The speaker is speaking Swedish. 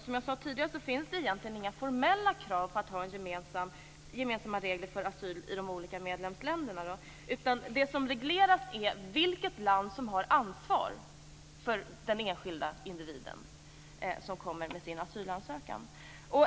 Som jag sade tidigare finns det egentligen inga formella krav på att ha gemensamma regler för asyl inom de olika medlemsländerna, utan det som regleras är vilket land som har ansvar för den enskilde individen som gör sin asylansökan.